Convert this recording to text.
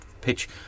pitch